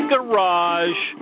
Garage